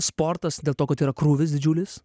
sportas dėl to kad tai yra krūvis didžiulis